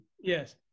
Yes